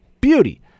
Beauty